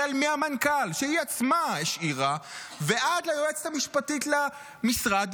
החל מהמנכ"ל שהיא עצמה השאירה ועד ליועצת המשפטית למשרד,